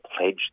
pledge